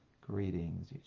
Greetings